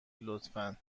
لطفا